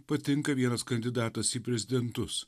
patinka vienas kandidatas į prezidentus